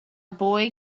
boy